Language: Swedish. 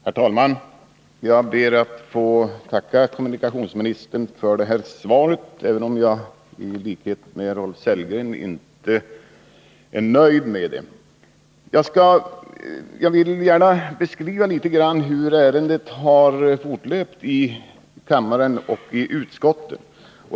Herr talman! Jag ber att få tacka kommunikationsministern för svaret, även om jag, i likhet med Rolf Sellgren, inte är nöjd med det. Jag vill gärna beskriva hur ärendet har fortlöpt i näringsutskottet och i kammaren.